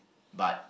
but